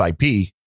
IP